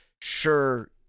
Sure